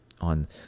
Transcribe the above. on